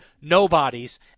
nobodies